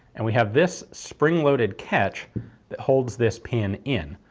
and we have this spring-loaded catch that holds this pin in.